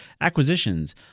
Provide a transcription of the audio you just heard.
acquisitions